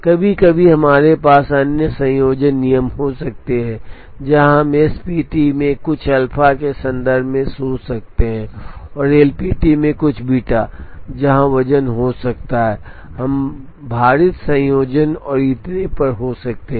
कभी कभी हमारे पास अन्य संयोजन नियम हो सकते हैं जहां हम एसपीटी में कुछ अल्फा के संदर्भ में सोच सकते हैं और एलपीटी में कुछ बीटा जहां वजन हो सकता है हम भारित संयोजन और इतने पर हो सकते हैं